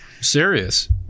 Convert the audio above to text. Serious